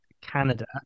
Canada